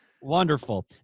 Wonderful